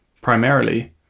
Primarily